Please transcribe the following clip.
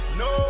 no